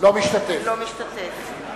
אינו משתתף בהצבעה